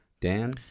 Dan